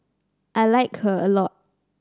I like her a lot